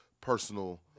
personal